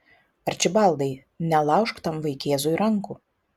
arčibaldai nelaužk tam vaikėzui rankų